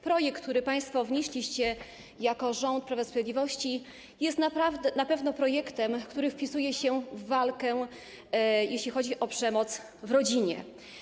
Projekt, który państwo wnieśliście jako rząd Prawa i Sprawiedliwości, jest na pewno projektem, który wpisuje się w walkę, jeśli chodzi o przemoc w rodzinie.